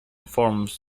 forms